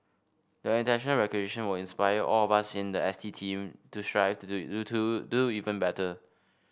the international recognition will inspire all of us in the S T team to strive to do do to do even better